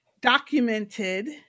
documented